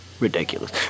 Ridiculous